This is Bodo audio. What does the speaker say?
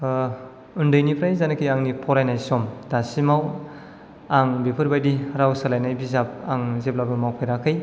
उन्दैनिफ्राय जायनाखि आंनि फरायनाय सम दासिमाव आं बेफोर बायदि राव सोलायनाय बिजाब आं जेब्लाबो मावफेराखै